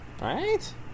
Right